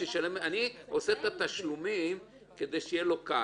אבל אנחנו --- אני עושה את התשלומים כדי שיהיה לו קל,